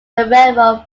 railroad